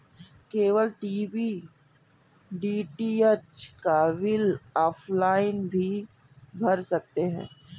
cable TV DTH का bill offline भी भर सकते हैं